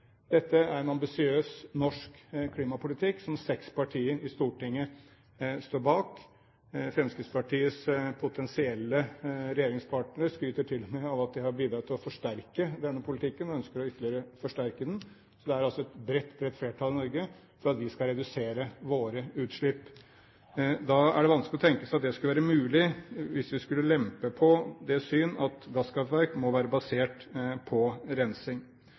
Dette er en ambisiøs norsk klimapolitikk som seks partier i Stortinget står bak. Fremskrittspartiets potensielle regjeringspartner skryter til og med av at de har bidratt til å forsterke denne politikken og ønsker ytterligere å forsterke den, så det er altså et bredt flertall i Norge for at vi skal redusere våre utslipp. Da er det vanskelig å tenke seg at det skal være mulig, hvis vi skulle lempe på det syn at gasskraftverk må være basert på rensing.